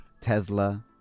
Tesla